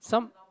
some